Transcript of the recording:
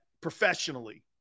professionally